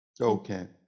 Okay